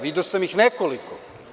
Video sam ih nekoliko.